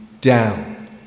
down